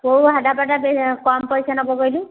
କେଉଁ ଢାବାଟା କମ୍ ପଇସା ନେବ କହିଲୁ